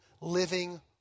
living